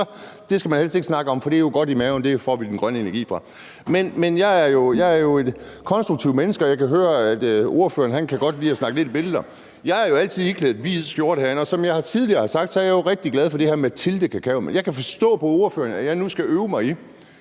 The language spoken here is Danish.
det, skal man helst ikke snakke om det, for det er godt i maven, og der får vi den grønne energi fra. Men jeg er jo et konstruktivt menneske, og jeg kan høre, at ordføreren godt kan lide at snakke lidt i billeder. Jeg er jo altid iklædt hvid skjorte herinde, og som jeg tidligere har sagt, er jeg rigtig glad for Mathilde kakaomælk. Jeg kan forstå på ordføreren, at jeg nu skal øve mig i